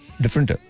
different